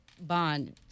bond